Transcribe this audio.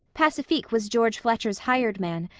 pacifique was george fletcher's hired man,